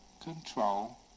control